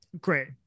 Great